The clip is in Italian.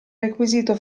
requisito